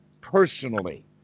personally